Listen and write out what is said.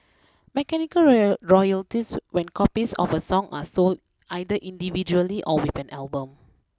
mechanical royal royalties when copies of a song are sold either individually or with an album